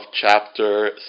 chapter